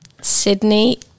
Sydney